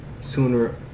sooner